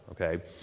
okay